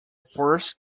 first